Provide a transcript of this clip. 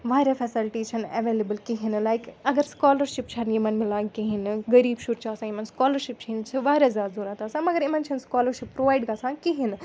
وارِیاہ فٮ۪سَلٹیٖز چھَنہٕ ایویلیبل کِہیٖنۍ نہٕ لایِک اگر سکالَرشِپ چھَنہٕ یِمَن مِلان کِہیٖنۍ نہٕ غریٖب شُرۍ چھِ آسان یِمَن سکالَرشِپ چھِنہٕ وارِیاہ زیادٕ ضوٚرَتھ آسان مگر یِمَن چھَنہٕ سکالَرشِپ پرٛووایڈ گژھان کِہیٖنۍ نہٕ